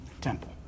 temple